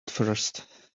first